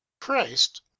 christ